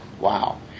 Wow